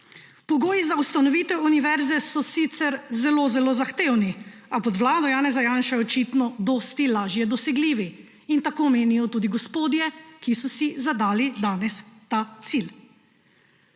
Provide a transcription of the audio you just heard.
Pogoji za ustanovitev univerze so sicer zelo zelo zahtevni, a pod vlado Janeza Janše očitno dosti lažje dosegljivi. Tako menijo tudi gospodje, ki so si zadali danes ta cilj.